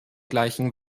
gleichen